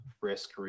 risk